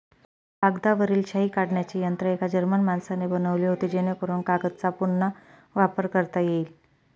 कागदावरील शाई काढण्याचे यंत्र एका जर्मन माणसाने बनवले होते जेणेकरून कागदचा पुन्हा वापर करता येईल